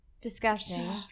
disgusting